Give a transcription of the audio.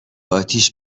آتیش